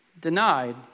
denied